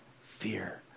fear